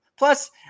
Plus